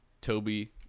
Toby